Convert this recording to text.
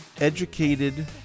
Educated